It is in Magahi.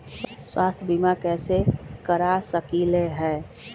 स्वाथ्य बीमा कैसे करा सकीले है?